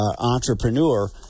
entrepreneur